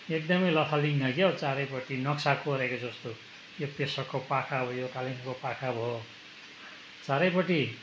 एकदमै लथालिङ्ग क्याउ चारैपट्टि नक्सा कोरेको जस्तो यो पेसोकको पाखा यो कालिम्पोङको पाखा भयो चारैपट्टि